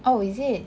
oh is it